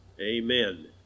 Amen